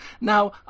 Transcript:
Now